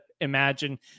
imagine